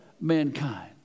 mankind